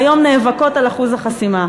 והיום נאבקות על אחוז החסימה.